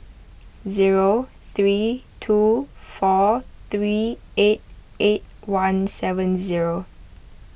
zero three two four three eight eight one seven zero